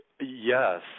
Yes